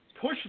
push